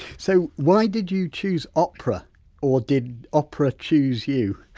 so why did you choose opera or did opera choose you?